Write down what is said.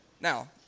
Now